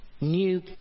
new